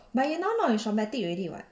but he now not with charmatic already [what]